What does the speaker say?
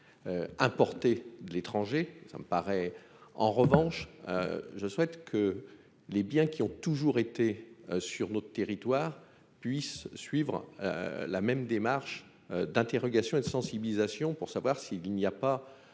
Importés de l'étranger ça me paraît en revanche. Je souhaite que les biens qui ont toujours été sur notre territoire, puissent suivre. La même démarche d'interrogation et de sensibilisation pour savoir s'il n'y a pas.